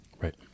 Right